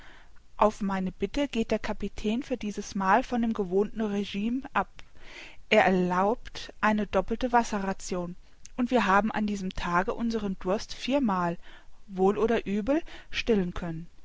auf meine bitte geht der kapitän für dieses mal von dem gewohnten rgime ab er erlaubt eine doppelte wasserration und wir haben an diesem tage unseren durst vier mal wohl oder übel stillen können